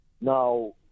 Now